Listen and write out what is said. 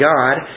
God